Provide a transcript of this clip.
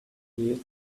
hearts